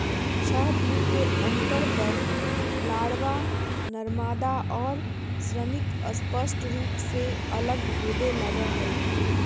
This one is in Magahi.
छः दिन के अंतर पर लारवा, नरमादा और श्रमिक स्पष्ट रूप से अलग होवे लगा हई